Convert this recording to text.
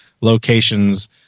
locations